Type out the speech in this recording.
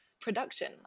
production